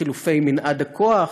חילופי מנעד הכוח,